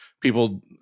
people